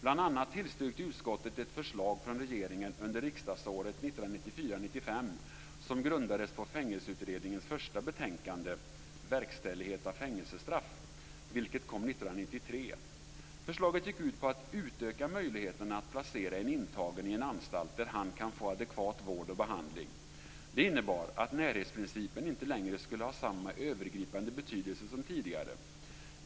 Utskottet tillstyrkte bl.a. ett förslag från regeringen under riksdagsåret 1994/95 Förslaget gick ut på att utöka möjligheterna att placera en intagen på en anstalt där han kan få adekvat vård och behandling. Det innebar att närhetsprincipen inte längre skulle ha samma övergripande betydelse som tidigare.